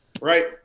Right